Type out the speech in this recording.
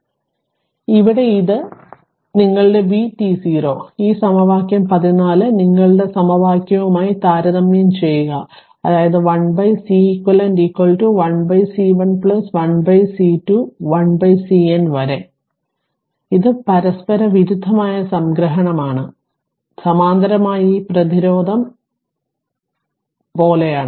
അതിനാൽ ഇവിടെ ഇത് നിങ്ങളുടേ vt0 ഈ സമവാക്യം 14 നിങ്ങളുടെ സമവാക്യവുമായി താരതമ്യം ചെയ്യുക അതായത് 1 Ceq 1 C1 1 C2 1 CN വരെ ഇത് പരസ്പരവിരുദ്ധമായ സംഗ്രഹമാണ് സമാന്തരമായി ഈ പ്രതിരോധം പോലെയാണ്